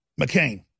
McCain